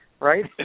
Right